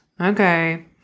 Okay